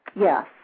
Yes